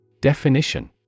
Definition